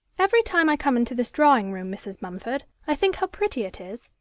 every time i come into this drawing-room, mrs. mumford, i think how pretty it is.